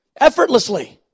effortlessly